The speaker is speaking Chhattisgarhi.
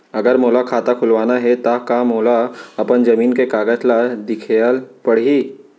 अगर मोला खाता खुलवाना हे त का मोला अपन जमीन के कागज ला दिखएल पढही?